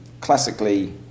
classically